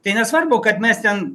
tai nesvarbu kad mes ten